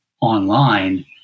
online